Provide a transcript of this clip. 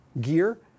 gear